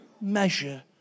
measure